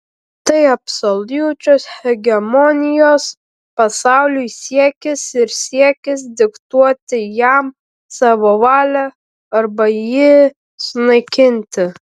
tai absoliučios hegemonijos pasauliui siekis ir siekis diktuoti jam savo valią arba jį sunaikinti